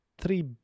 Three